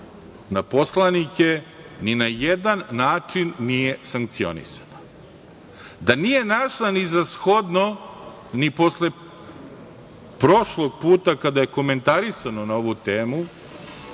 na poslanike, ni na jedan način nije sankcionisana? Da nije našla ni za shodno ni posle prošlog puta kada je komentarisano na ovu temu